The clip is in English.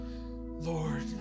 Lord